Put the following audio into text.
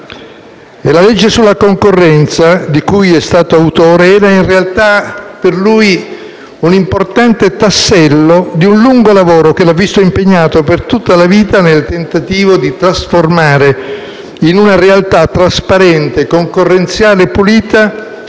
e la legge sulla concorrenza di cui è stato autore, in realtà per lui fu un importante tassello di un lungo lavoro che lo ha visto impegnato per tutta la vita nel tentativo di trasformare in una realtà trasparente, concorrenziale e pulita